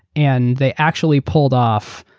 and they actually pulled off,